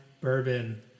bourbon